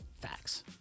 Facts